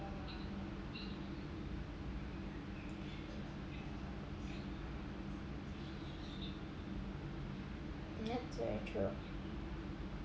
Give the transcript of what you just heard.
that's very true